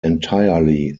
entirely